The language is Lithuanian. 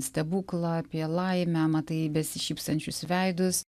stebuklą apie laimę matai besišypsančius veidus